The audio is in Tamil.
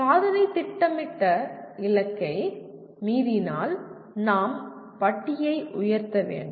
சாதனை திட்டமிட்ட இலக்கை மீறினால் நாம் பட்டியை உயர்த்த வேண்டும்